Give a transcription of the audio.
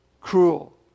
cruel